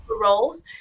roles